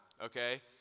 okay